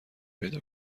پیدا